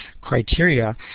criteria